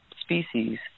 species